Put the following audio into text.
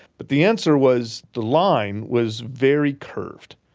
but the answer was the line was very curved.